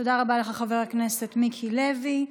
תודה רבה לך, חבר הכנסת מיקי לוי.